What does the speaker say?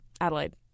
Adelaide